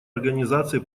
организации